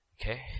Okay